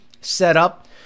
setup